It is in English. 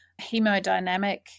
hemodynamic